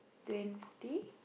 twenty